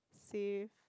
safe